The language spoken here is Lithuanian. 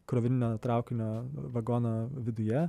krovininio traukinio vagono viduje